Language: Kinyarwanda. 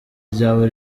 ryawe